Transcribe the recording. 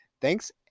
Thanks